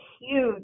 huge